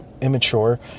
immature